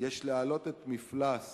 יש להעלות את מפלס